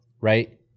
right